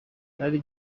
byari